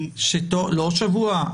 לא שבוע,